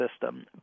system